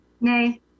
Nay